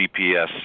GPS